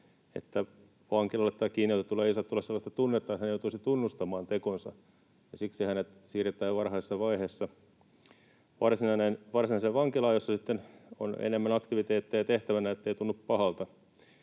ei saa tulla sellaista tunnetta, että hän joutuisi tunnustamaan tekonsa, ja siksi hänet siirretään jo varhaisessa vaiheessa varsinaiseen vankilaan, jossa sitten on enemmän aktiviteetteja tehtävänä, ettei tunnu pahalta.